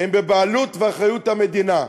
הם בבעלות ובאחריות המדינה,